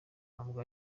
ntabwo